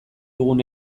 dugun